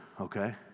okay